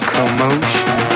Commotion